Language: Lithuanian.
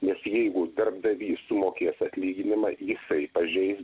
nes jeigu darbdavys sumokės atlyginimą jisai pažeis